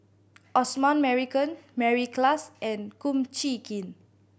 Osman Merican Mary Klass and Kum Chee Kin